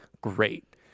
great